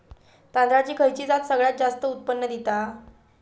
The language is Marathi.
तांदळाची खयची जात सगळयात जास्त उत्पन्न दिता?